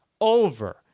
over